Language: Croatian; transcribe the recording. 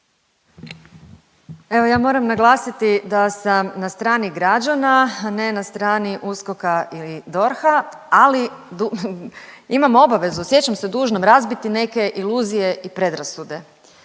Evo ja moram naglasiti da sam na strani građana, ne na strani USKOK-a ili DORH-a ali imam obavezu, osjećam se dužnom razbiti neke iluzije i predrasude.